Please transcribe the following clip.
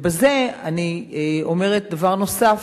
ובזה אני אומרת דבר נוסף.